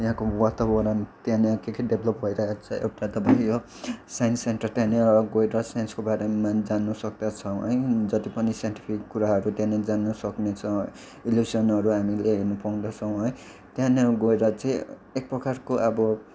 यहाँको वातावरण त्यहाँनिर के के डेभलोप भइरहेछ एउटा त भयो साइन्स सेन्टर त्यहाँनिर गएर साइन्सको बारेमा जान्नु सक्दछौँ है जति पनि साइन्टिफिक कुराहरू त्यहाँनिर जान्नु सक्नेछ इल्युसनहरू हामीले हेर्नु पाउँदछौ है त्यहाँनिर गएर चाहिँ एक प्रकारको अब